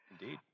Indeed